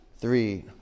three